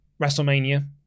wrestlemania